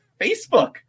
Facebook